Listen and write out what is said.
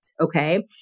okay